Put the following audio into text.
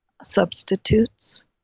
substitutes